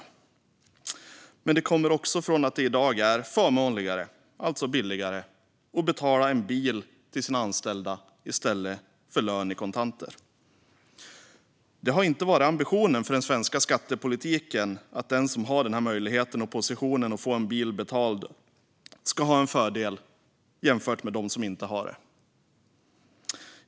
Men förändringarna kommer också från att det i dag är förmånligare, alltså billigare, att betala en bil till sina anställda än att betala lön i kontanter. Det har inte varit ambitionen med den svenska skattepolitiken att den som har möjligheten och positionen att få en bil betald av arbetsgivaren ska ha en fördel jämfört med dem som inte har den möjligheten.